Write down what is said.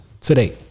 today